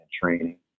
training